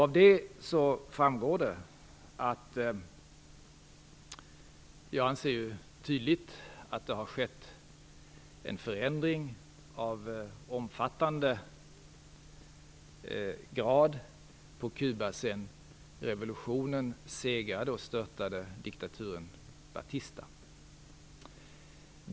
Av det framgår tydligt att jag anser att det har skett en omfattande förändring på Kuba sedan revolutionen segrade och störtade diktaturen Batista.